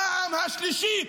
הפעם השלישית,